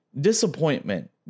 disappointment